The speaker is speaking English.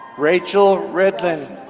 rachel redlin.